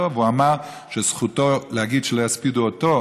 והוא אמר שזכותו להגיד שלא יספידו אותו,